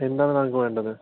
എന്താണ് താങ്കൾക്ക് വേണ്ടത്